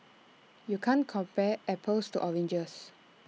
you can't compare apples to oranges